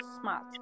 smart